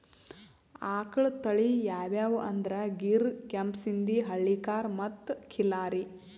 ಆಕಳ್ ತಳಿ ಯಾವ್ಯಾವ್ ಅಂದ್ರ ಗೀರ್, ಕೆಂಪ್ ಸಿಂಧಿ, ಹಳ್ಳಿಕಾರ್ ಮತ್ತ್ ಖಿಲ್ಲಾರಿ